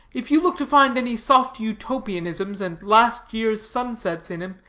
if you look to find any soft utopianisms and last year's sunsets in him,